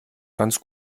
ganz